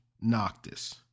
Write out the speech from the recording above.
Noctis